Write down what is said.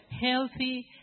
healthy